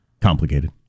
Complicated